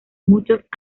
muchos